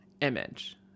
image